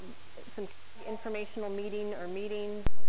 some informational meeting, or meetings,